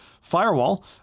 Firewall